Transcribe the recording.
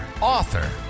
author